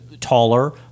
taller